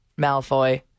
Malfoy